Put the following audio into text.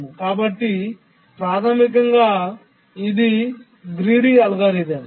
కాబట్టి ప్రాథమికంగా ఇది అత్యాశ అల్గోరిథం